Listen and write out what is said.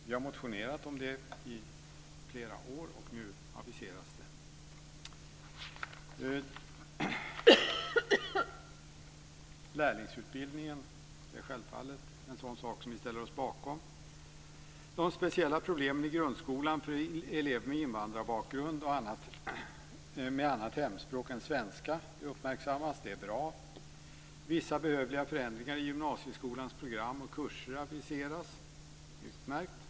Vi har motionerat om det under flera år, och nu aviseras det. Lärlingsutbildningen är självfallet något som vi ställer oss bakom. De speciella problemen i grundskolan för elever med invandrarbakgrund och med annat hemspråk än svenska uppmärksammas. Det är bra. Vissa behövliga förändringar i gymnasieskolans program och kurser aviseras. Det är utmärkt.